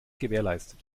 gewährleistet